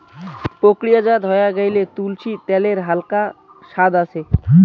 প্রক্রিয়াজাত হয়া গেইলে, তুলসী ত্যালের হালকা সাদ আছে